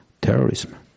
terrorism